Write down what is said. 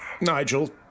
Nigel